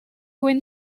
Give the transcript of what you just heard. when